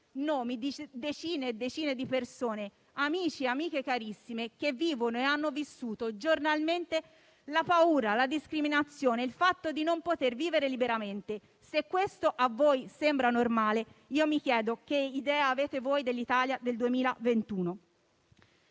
nomi di decine e decine di persone, amici e amiche carissime, che vivono e hanno vissuto giornalmente la paura, la discriminazione, il fatto di non poter vivere liberamente. Se questo a voi sembra normale, mi chiedo che idea avete dell'Italia del 2021.